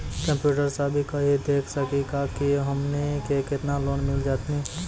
Computer सा भी कही देख सकी का की हमनी के केतना लोन मिल जैतिन?